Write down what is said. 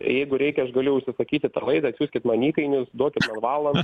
jeigu reikia aš galiu užsisakyti per laidą atsiųskit man įkainius duokit man valan